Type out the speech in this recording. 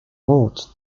moved